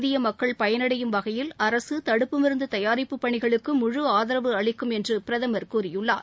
இந்திய மக்கள் பயனடையும் வகையில் அரசு தடுப்பு மருந்து தயாரிப்பு பணிகளுக்கு முழு ஆதரவு அளிக்கும் என்று கூறியுள்ளார்